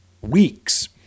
weeks